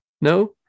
no